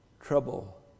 trouble